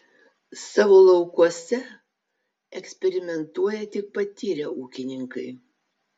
savo laukuose eksperimentuoja tik patyrę ūkininkai